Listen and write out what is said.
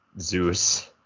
Zeus